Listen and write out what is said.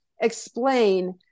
explain